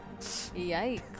Yikes